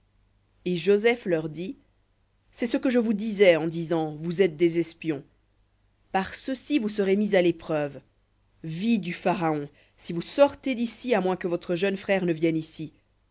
et joseph leur dit c'est ce que je vous disais en disant vous êtes des espions par ceci vous serez mis à l'épreuve vie du pharaon si vous sortez d'ici à moins que votre jeune frère ne vienne ici